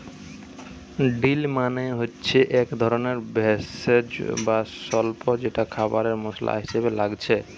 deal মানে হচ্ছে একটা ধরণের ভেষজ বা স্বল্প যেটা খাবারে মসলা হিসাবে লাগছে